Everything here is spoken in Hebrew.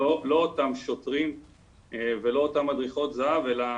אותם שוטרים ולא אותן מדריכות זה"ב אלא